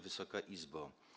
Wysoka Izbo!